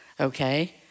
okay